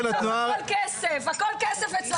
בסוף הכול כסף אצלכם.